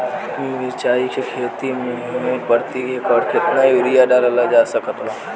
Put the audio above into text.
मिरचाई के खेती मे प्रति एकड़ केतना यूरिया डालल जा सकत बा?